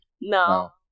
No